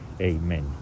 Amen